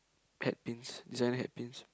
hat pins designer hat pins